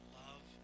love